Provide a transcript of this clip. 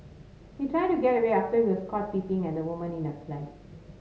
he tried to get away after he was caught peeping at a woman in her flat